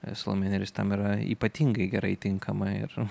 salomėja nėris tam yra ypatingai gerai tinkama ir